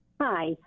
Hi